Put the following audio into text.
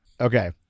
Okay